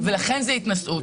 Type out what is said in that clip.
ולכן זה התנשאות.